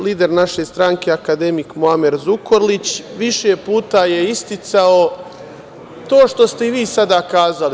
Lider naše stranke akademik Muamer Zukorlić više je puta isticao to što ste i vi sada kazali.